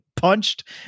punched